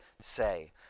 say